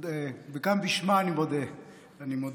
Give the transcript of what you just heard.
גם בשמה אני מודה לכם.